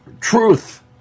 truth